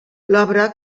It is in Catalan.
l’obra